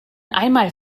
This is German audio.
einmal